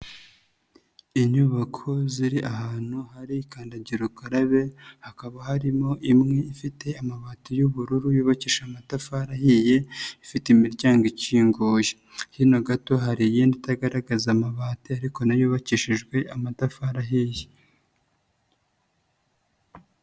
Inyubako ziri ahantu hari kandagira ukarabe, hakaba harimo imwe ifite amabati y'ubururu yubakisha amatafari ahiye, ifite imiryango ikinguye. Hino gato hari iyindi itagaragaza amabati ariko na yo yubakishijwe amatafari ahiye.